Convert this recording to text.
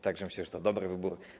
Tak że myślę, że to dobry wybór.